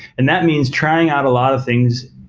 and that means trying out a lot of things,